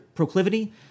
Proclivity